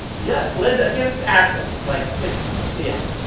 yes, lend against assets. like, it's yes,